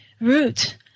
root